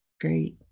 Great